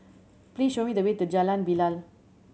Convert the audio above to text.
please show me the way to Jalan Bilal